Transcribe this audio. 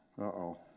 uh-oh